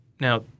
Now